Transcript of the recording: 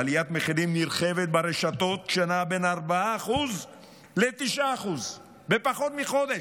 עליית מחירים נרחבת ברשתות שנעה בין 4% ל-9% בפחות מחודש.